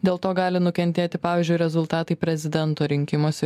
dėl to gali nukentėti pavyzdžiui rezultatai prezidento rinkimuose